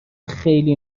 خیلی